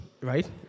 right